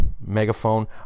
Megaphone